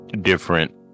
different